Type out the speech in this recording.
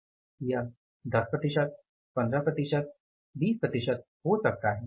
यह 10 प्रतिशत 15 प्रतिशत 20 प्रतिशत हो सकता है